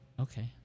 Okay